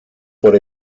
por